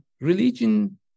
religion